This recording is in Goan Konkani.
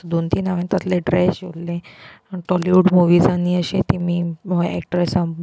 दोन तीन हांवें तसले ड्रेस शिंवल्ले आनी टॉलिवूड मुविजांनी अशें तेमी एक्ट्रेसां